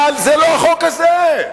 אבל זה לא החוק הזה.